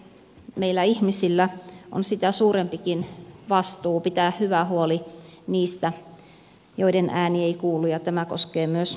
siksi meillä ihmisillä on sitäkin suurempi vastuu pitää hyvä huoli niistä joiden ääni ei kuulu ja tämä koskee myös eläimiä